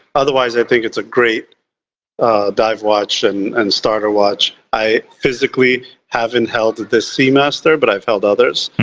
otherwise, i think it's a great dive watch and and starter watch. i physically haven't held this seamaster, but i've held others,